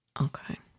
Okay